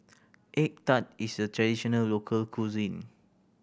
egg tart is a traditional local cuisine